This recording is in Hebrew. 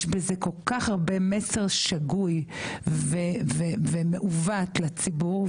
יש בזה כל כך הרבה מסר שגוי ומעוות לציבור,